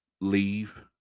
leave